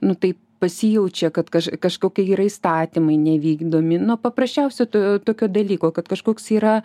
nu tai pasijaučia kad kaž kažkokie yra įstatymai nevykdomi nuo paprasčiausio to tokio dalyko kad kažkoks yra